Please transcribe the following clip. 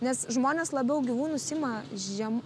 nes žmonės labiau gyvūnus ima žiem